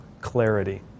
clarity